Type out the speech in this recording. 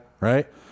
right